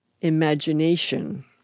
imagination